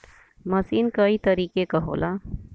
मसीन कई तरीके क होला